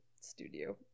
studio